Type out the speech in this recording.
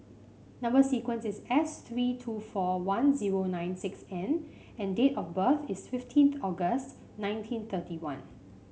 number sequence is S three two four one zero nine six N and date of birth is fifteenth August nineteen thirty one